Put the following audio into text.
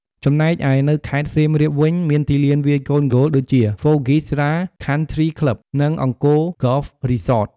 ចំណែកឯនៅខេត្តសៀមរាបវិញ មានទីលានវាយកូនហ្គោល ដូចជា Phokeethra Country Club និង Angkor Golf Resort។